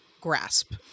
grasp